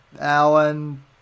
Alan